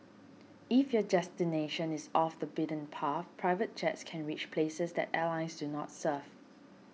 if your destination is off the beaten path private jets can reach places that airlines do not serve